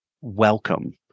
welcome